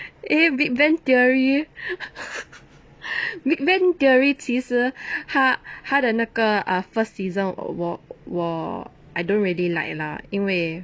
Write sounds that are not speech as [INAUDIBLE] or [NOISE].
eh big bang theory [LAUGHS] big bang theory 其实他他的那个 err first season 我我 I don't really like lah 因为